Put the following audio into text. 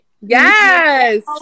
Yes